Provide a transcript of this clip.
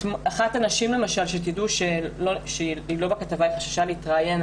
אחת הנשים שחששה להתראיין,